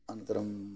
अनन्तरं